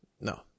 No